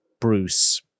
Bruce